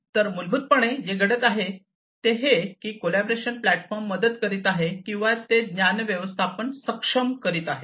तर मूलभूतपणे जे घडत आहे ते हे की कॉलॅबोरेशन प्लॅटफॉर्म मदत करीत आहे किंवा ते ज्ञान व्यवस्थापन सक्षम करीत आहे